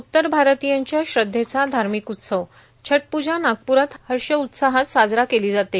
उत्तर भारतीयांच्या श्रद्वेचा धार्मिक उत्सव छठ प्जा नागप्रात हर्षोल्हासात साजरा केला जातो